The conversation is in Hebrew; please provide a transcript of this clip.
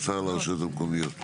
האוצר לרשויות המקומיות.